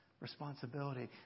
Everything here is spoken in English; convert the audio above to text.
responsibility